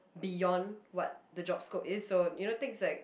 beyond what the job scope is so you know things like